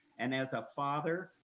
and as a father,